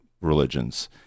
religions